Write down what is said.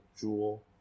jewel